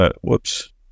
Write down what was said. whoops